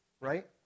right